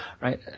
Right